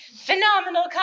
phenomenal